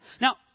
Now